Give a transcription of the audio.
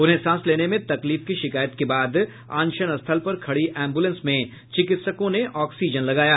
उन्हें सांस लेने में तकलीफ की शिकायत के बाद अनशन स्थल पर खड़ी एम्बुलेंस में चिकित्सकों ने ऑक्सीजन लगाया